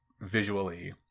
visually